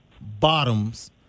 Bottoms